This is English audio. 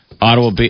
Ottawa